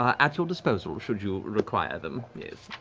um at your disposal, should you require them. mm,